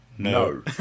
No